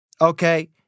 okay